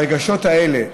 הרגשות האלה.